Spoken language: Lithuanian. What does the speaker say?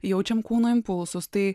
jaučiam kūno impulsus tai